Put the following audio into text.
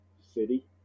city